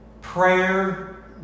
prayer